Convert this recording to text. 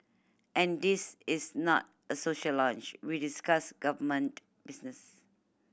and this is not a social lunch we discuss government business